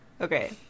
Okay